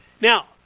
Now